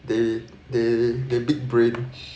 they they the big brain